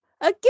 again